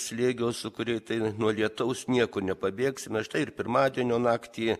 slėgio sūkuriai tai nuo lietaus niekur nepabėgsime štai ir pirmadienio naktį